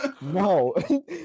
No